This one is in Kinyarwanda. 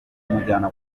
kumujyana